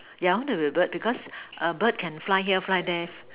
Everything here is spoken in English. yeah I want to be a bird because bird can fly here fly there